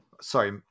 sorry